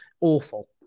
Awful